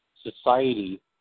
society